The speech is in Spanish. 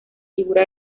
figura